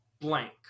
blank